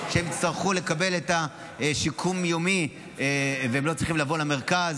יצטרכו לקבל את השיקום היומי ולא יצטרכו לבוא למרכז.